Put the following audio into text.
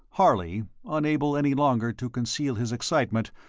harley, unable any longer to conceal his excitement,